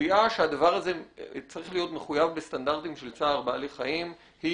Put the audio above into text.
הקביעה שהדבר הזה צריך להיות מחויב בסטנדרטים של צער בעלי חיים היא